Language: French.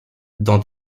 dans